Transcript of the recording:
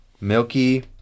Milky